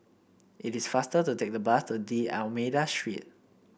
it is faster to take the bus to D'Almeida Street